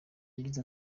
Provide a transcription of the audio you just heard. yagize